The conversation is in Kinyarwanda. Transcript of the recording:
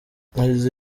hashize